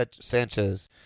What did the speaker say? Sanchez